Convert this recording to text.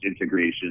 integration